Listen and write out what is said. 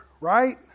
right